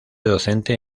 docente